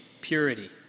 purity